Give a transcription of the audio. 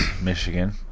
Michigan